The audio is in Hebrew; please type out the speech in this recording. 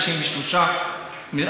אני קורא לשר ארדן